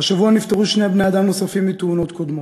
השבוע נפטרו שני בני-אדם נוספים מתאונות קודמות: